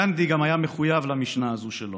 גנדי גם היה מחויב למשנה הזאת שלו,